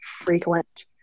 frequent